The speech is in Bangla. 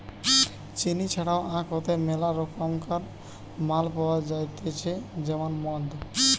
চিনি ছাড়াও আখ হইতে মেলা রকমকার মাল পাওয়া যাইতেছে যেমন মদ